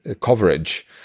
coverage